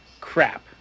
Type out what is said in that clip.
Crap